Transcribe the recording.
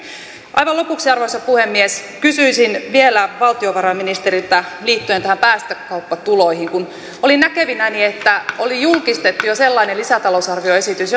aivan lopuksi arvoisa puhemies kysyisin vielä valtiovarainministeriltä liittyen päästökauppatuloihin kun olin näkevinäni että oli julkistettu jo sellainen lisätalousarvioesitys